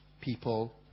people